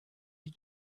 die